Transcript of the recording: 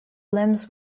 limbs